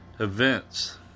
Events